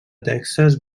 texas